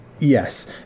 Yes